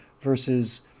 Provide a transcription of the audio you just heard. versus